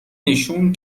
نشون